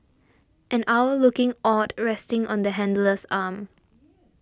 an owl looking awed resting on the handler's arm